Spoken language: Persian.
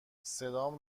صدام